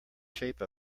shape